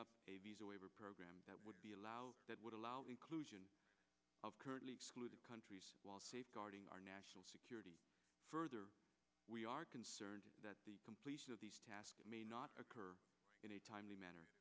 up a visa waiver program that would be allowed that would allow inclusion of current countries while safeguarding our national security further we are concerned that the completion of these tasks may not occur in a timely manner